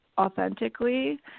authentically